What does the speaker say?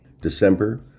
December